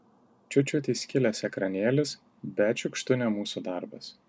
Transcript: čiut čiut įskilęs ekranėlis bet šiukštu ne mūsų darbas